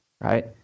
right